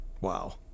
Wow